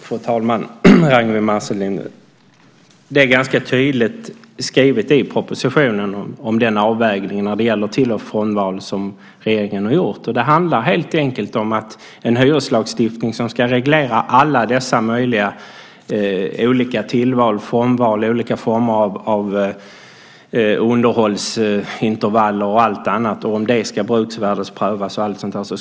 Fru talman! Ragnwi Marcelind, det är ganska tydligt skrivet i propositionen om den avvägning när det gäller till och frånval som regeringen har gjort. Det handlar helt enkelt om en hyreslagstiftning som ska reglera alla dessa möjliga tillval och frånval liksom olika former av underhållsintervaller och allt annat som ska bruksvärdesprövas etcetera.